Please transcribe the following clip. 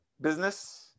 business